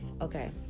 okay